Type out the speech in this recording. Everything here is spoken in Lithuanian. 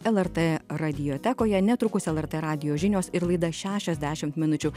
lrt radijotekoje netrukus lrt radijo žinios ir laida šešiasdešimt minučių